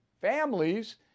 families